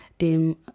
dem